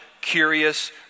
curious